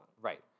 Right